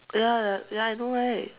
ya ya ya I know right